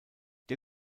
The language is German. der